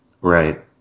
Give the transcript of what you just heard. Right